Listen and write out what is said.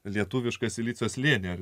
lietuvišką silicio slėnio ar